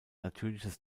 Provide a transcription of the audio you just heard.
natürliches